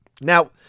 Now